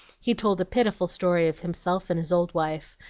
he told a pitiful story of himself and his old wife,